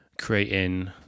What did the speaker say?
creating